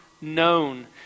known